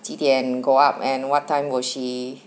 几点 go up and what time will she